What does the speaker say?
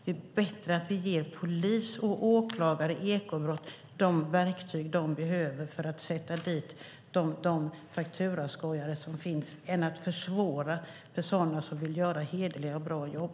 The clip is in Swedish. Det är bättre att vi ger polis och åklagare i ekobrott de verktyg som de behöver för att sätta dit de fakturaskojare som finns än att försvåra för sådana som vill göra hederliga och bra jobb.